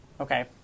okay